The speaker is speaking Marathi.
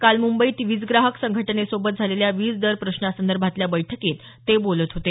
काल मुंबईत वीज ग्राहक संघटनेसोबत झालेल्या वीज दर प्रश्नासंदर्भातील बैठकीत ते बोलत होते